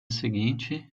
seguinte